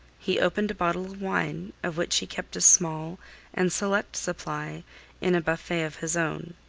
he opened a bottle of wine, of which he kept a small and select supply in a buffet of his own.